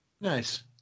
Nice